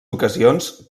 ocasions